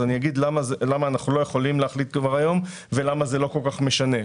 אני אגיד למה אנחנו לא יכולים להחליט כבר היום ולמה זה לא כל כך משנה.